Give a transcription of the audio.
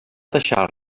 deixar